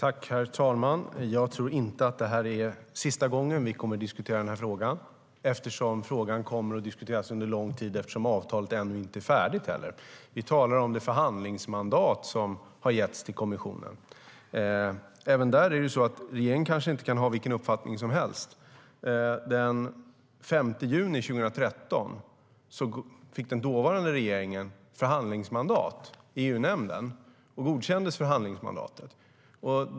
Herr talman! Jag tror inte att det är sista gången vi diskuterar denna fråga. Frågan kommer att diskuteras under lång tid eftersom avtalet ännu inte är färdigt. När det gäller det förhandlingsmandat som har getts till kommissionen kan regeringen kanske inte ha vilken uppfattning som helst. Den 5 juni 2013 godkände EU-nämnden den dåvarande regeringens förhandlingsmandat.